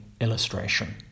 illustration